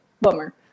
bummer